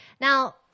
Now